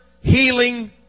healing